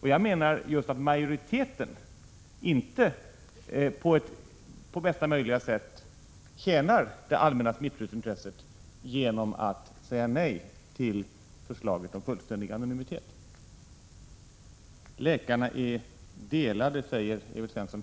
Och jag menar att majoriteten inte på bästa sätt tjänar det allmänna smittskyddsintresset genom att säga nej till förslaget om fullständig anonymitet. Läkarna är delade, säger Evert Svensson.